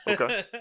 Okay